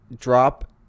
drop